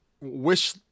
wish